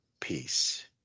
peace